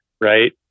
right